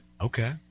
Okay